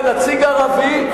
לנציג ערבי,